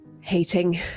hating